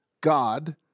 God